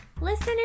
Listener